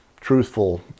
truthful